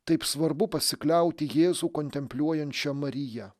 taip svarbu pasikliauti jėzų kontempliuojančia marija